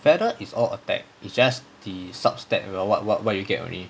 feather is all attack is just the sub stat are what what what you get already